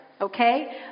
okay